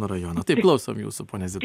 rajono taip klausom jūsų ponia zita